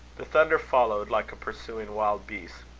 the thunder followed, like a pursuing wild beast,